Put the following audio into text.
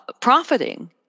profiting